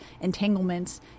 entanglements